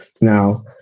Now